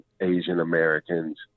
Asian-Americans